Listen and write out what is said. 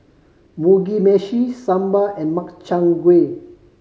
Mugi Meshi Sambar and Makchang Gui